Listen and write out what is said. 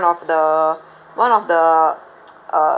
the one of the uh